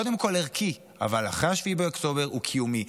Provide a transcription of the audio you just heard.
קודם כול ערכי, אבל אחרי 7 באוקטובר הוא קיומי.